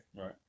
right